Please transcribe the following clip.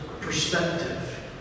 perspective